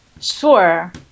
Sure